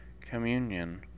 communion